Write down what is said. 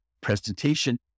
presentation